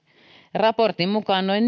raportin mukaan noin